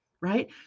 right